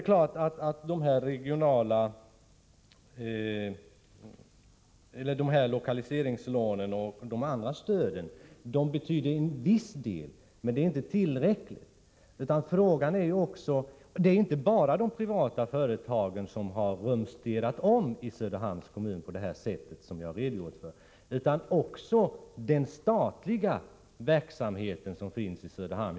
Lokaliseringslånen och de andra stöden betyder naturligtvis en viss del, men det är inte tillräckligt. Det är ju inte bara de privata företagen som har rumsterat om i Söderhamns kommun på det sätt som jag har redogjort för utan också den statliga verksamhet som finns i Söderhamn.